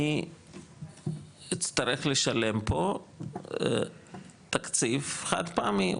'אני אצטרך לשלם פה תקציב חד פעמי'.